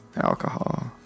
alcohol